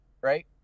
right